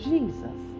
Jesus